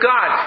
God